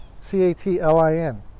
C-A-T-L-I-N